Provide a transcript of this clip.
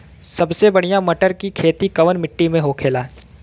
सबसे बढ़ियां मटर की खेती कवन मिट्टी में होखेला?